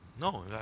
No